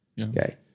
Okay